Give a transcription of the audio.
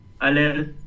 alert